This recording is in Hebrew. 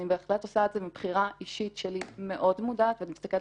אני בהחלט עושה את זה מבחירה אישית שלי מאוד מודעת ואני מסתכלת